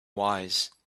wise